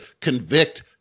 convict